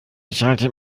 schaltet